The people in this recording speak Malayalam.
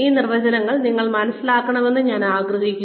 ഈ നിർവചനങ്ങൾ നിങ്ങൾ മനസ്സിലാക്കണമെന്ന് ഞാൻ ആഗ്രഹിക്കുന്നു